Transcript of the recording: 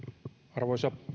arvoisa